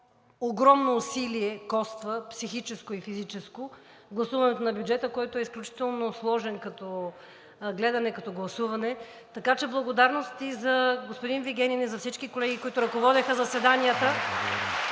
огромно усилие коства – психическо и физическо, гласуването на бюджета, който е изключително сложен като гледане, като гласуване. Благодарности за господин Вигенин и за всички колеги (ръкопляскания), които ръководеха заседанията,